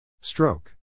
Stroke